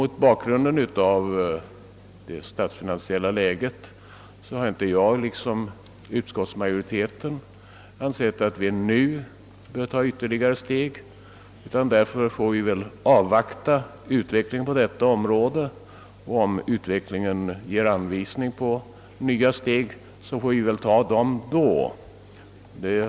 Mot bakgrunden av det statsfinansiella läget anser jag liksom utskottets majoritet att vi inte nu bör gå ytterligare ett steg utan i stället avvakta utvecklingen. Om den ger anvisning om att vi bör ta nya steg, så får vi väl göra det.